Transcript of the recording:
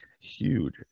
huge